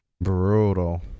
Brutal